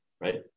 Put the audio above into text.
Right